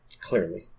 Clearly